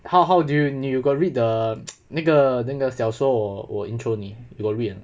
how how do you you got read the 那个那个小说我我 intro 你 you got read